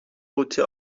قوطی